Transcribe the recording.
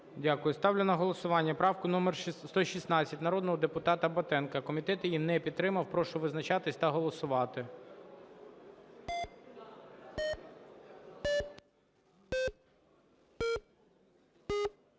Дякую. Ставлю на голосування правку номер 116 народного депутата Батенка. Комітет її не підтримав. Прошу визначатись та голосувати.